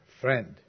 friend